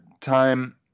time